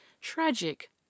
tragic